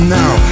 now